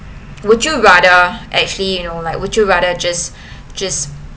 would you rather actually you know like would you rather just just